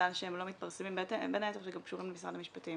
שבין היתר קשורים גם למשרד המשפטים,